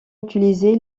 utilisé